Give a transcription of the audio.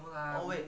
oh wait